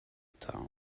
town